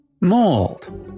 Mold